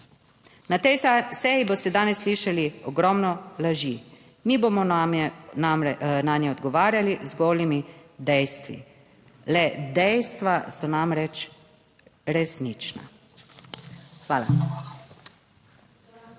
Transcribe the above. Na tej seji boste danes slišali ogromno laži, mi bomo nanje odgovarjali z golimi dejstvi. Le dejstva so namreč resnična. Hvala.